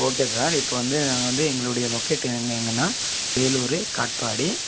okay sir இப்போ வந்து நாங்கள் வந்து எங்களுடைய லொக்கேட் எங்கேன்னா வேலூர் காட்பாடி